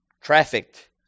trafficked